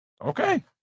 okay